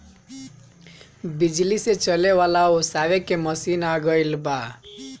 बिजली से चले वाला ओसावे के मशीन आ गइल बा